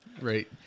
Right